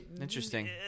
Interesting